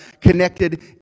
connected